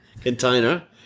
Container